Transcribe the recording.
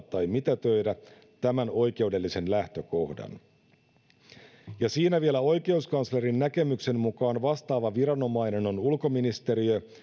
tai mitätöidä tämän oikeudellisen lähtökohdan ja siinä vielä oikeuskanslerin näkemyksen mukaan vastaava viranomainen on ulkoministeriö